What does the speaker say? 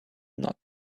not